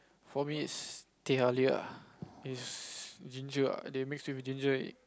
for me it's teh halia it's ginger ah they mix with ginger